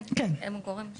כן, הם גורם חובה.